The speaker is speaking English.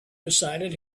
decided